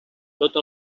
tota